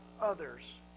others